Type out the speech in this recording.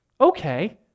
Okay